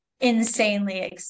insanely